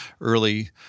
early